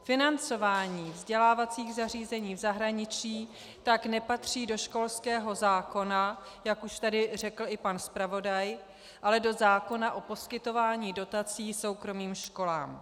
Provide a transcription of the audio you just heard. Financování vzdělávacích zařízení v zahraničí tak nepatří do školského zákona, jak už tady řekl i pan zpravodaj, ale do zákona o poskytování dotací soukromým školám.